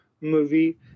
movie